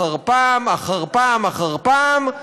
אחר פעם, אחר פעם, אחר פעם, אחר פעם.